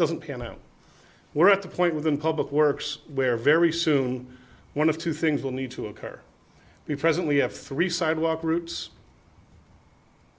doesn't pan out we're at the point with in public works where very soon one of two things will need to occur we presently have three sidewalk groups